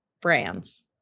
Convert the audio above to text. brands